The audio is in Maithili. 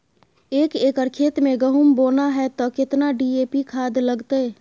एक एकर खेत मे गहुम बोना है त केतना डी.ए.पी खाद लगतै?